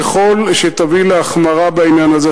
ככל שתביא להחמרה בעניין הזה,